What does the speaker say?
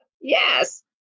Yes